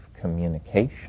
communication